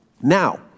Now